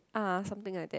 ah something like that